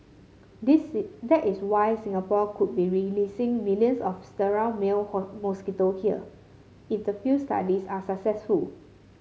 this is that is why Singapore could be releasing millions of sterile male mosquitoes here if the field studies are successful